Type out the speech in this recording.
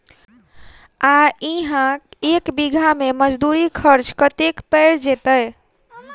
आ इहा एक बीघा मे मजदूरी खर्च कतेक पएर जेतय?